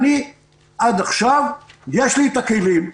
עד עכשיו יש לי את הכלים.